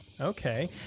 Okay